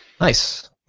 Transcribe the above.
Nice